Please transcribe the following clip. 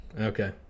Okay